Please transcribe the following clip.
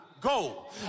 go